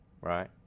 Right